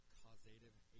causative